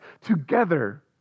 together